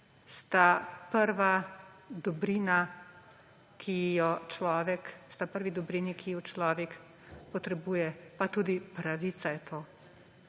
sta prvi dobrini, ki ju človek potrebuje, pa tudi pravica je to.